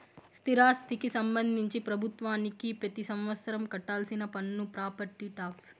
స్థిరాస్తికి సంబంధించి ప్రభుత్వానికి పెతి సంవత్సరం కట్టాల్సిన పన్ను ప్రాపర్టీ టాక్స్